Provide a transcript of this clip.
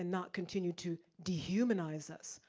and not continue to dehumanize us?